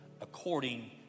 according